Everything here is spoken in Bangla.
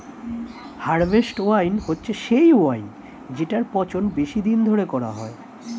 হারভেস্ট ওয়াইন হচ্ছে সেই ওয়াইন জেটার পচন বেশি দিন ধরে করা হয়